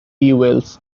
wells